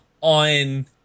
on